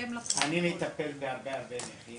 אני מטפל בנכים